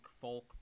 folk